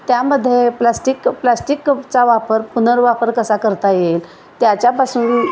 त्यामध्ये plastic plastic चा वापर पुनर्वापर कसा करता येईल त्याच्या पासून